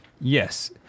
Yes